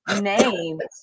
names